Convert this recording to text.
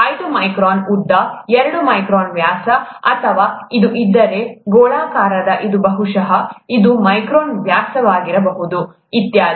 ಐದು ಮೈಕ್ರಾನ್ ಉದ್ದ ಎರಡು ಮೈಕ್ರಾನ್ ವ್ಯಾಸ ಅಥವಾ ಅದು ಇದ್ದರೆ ಗೋಳಾಕಾರದ ಇದು ಬಹುಶಃ ಐದು ಮೈಕ್ರಾನ್ ವ್ಯಾಸವಾಗಿರಬಹುದು ಇತ್ಯಾದಿ